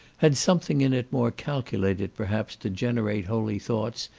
had something in it more calculated, perhaps, to generate holy thoughts,